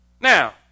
Now